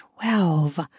Twelve